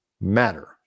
matter